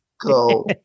go